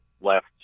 left